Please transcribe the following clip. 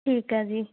ਠੀਕ ਹੈ ਜੀ